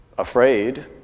Afraid